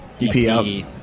EP